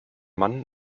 mann